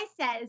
says